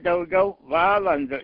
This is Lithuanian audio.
daugiau valandų